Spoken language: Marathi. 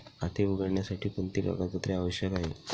खाते उघडण्यासाठी कोणती कागदपत्रे आवश्यक आहे?